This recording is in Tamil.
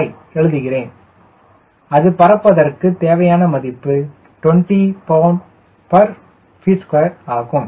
465 எழுதுகிறேன் அது பறப்பதற்கு தேவையான மதிப்பு 20 lbft2 ஆகும்